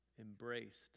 embraced